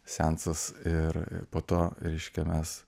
seansas ir po to reiškia mes